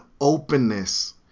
openness